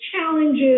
challenges